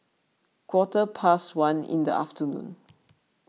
quarter past one in the afternoon